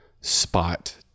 spot